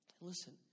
Listen